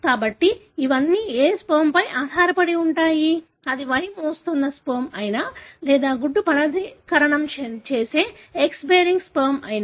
కాబట్టి ఇవన్నీ ఏ స్పెర్మ్పై ఆధారపడి ఉంటాయి అది Y మోస్తున్న స్పెర్మ్ అయినా లేదా గుడ్డు ఫలదీకరణం చేసే X బేరింగ్ స్పెర్మ్ అయినా